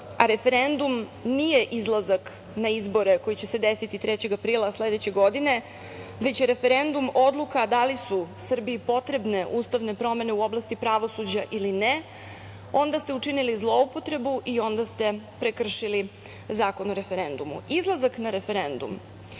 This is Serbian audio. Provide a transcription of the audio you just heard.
a referendum nije izlazak na izbore koji će se desiti 3. aprila sledeće godine, već je referendum odluka da li su Srbiji potrebne ustavne promene u oblasti pravosuđa ili ne, onda ste učinili zloupotrebu i onda ste prekršili Zakon o referendumu. Izlazak na referendum